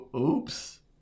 Oops